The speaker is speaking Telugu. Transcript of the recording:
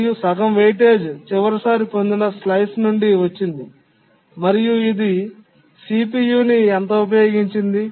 మరియు సగం వెయిటేజ్ చివరిసారి పొందిన స్లైస్ నుండి వచ్చింది మరియు ఇది CPU ని ఎంత ఉపయోగించింది